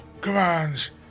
commands